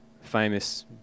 famous